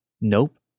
nope